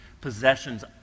possessions